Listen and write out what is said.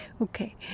Okay